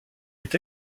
est